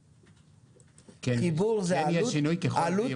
ובתעריף הצריכה כן יהיה שינוי, ככל.